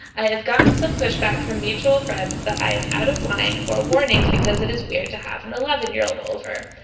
have gotten some pushback from mutual friends that i am out of line or warnings? because it is weird to have an eleven year old over.